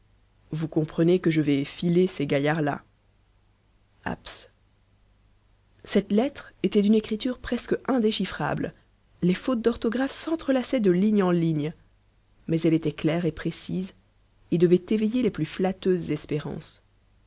vous comprenez que je vais filer ces gaillards-là abs cette lettre était d'une écriture presque indéchiffrable les fautes d'orthographe s'entrelaçaient de ligne en ligne mais elle était claire et précise et devait éveiller les plus flatteuses espérances